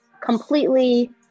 completely